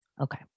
Okay